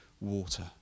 water